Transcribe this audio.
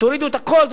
תורידו את הכול,